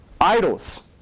idols